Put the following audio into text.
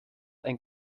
ein